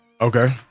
Okay